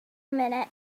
minute